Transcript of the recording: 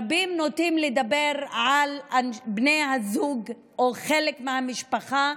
רבים נוטים לדבר על בני הזוג, או על חלק מהמשפחה,